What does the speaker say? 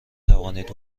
توانید